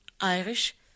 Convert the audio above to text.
Irish